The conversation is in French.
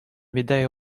médailles